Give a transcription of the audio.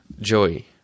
Joy